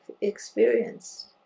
experience